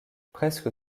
presque